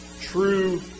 true